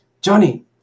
Johnny